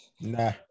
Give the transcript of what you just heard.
Nah